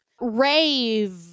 Rave